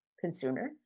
consumer